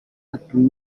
agree